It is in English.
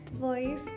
voice